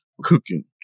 Cooking